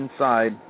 inside